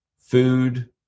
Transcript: food